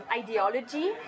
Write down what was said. ideology